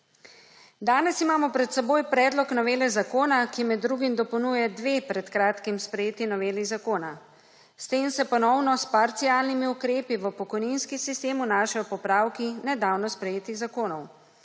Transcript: Danes imamo pred seboj predlog novele zakona, ki med drugim dopolnjuje dve pred kratkim sprejeti noveli zakona. S tem se ponovno s parcialnimi ukrepi v pokojninski sistem vnašajo popravki nedavno sprejetih zakonov.